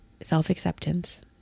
self-acceptance